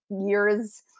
years